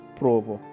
provo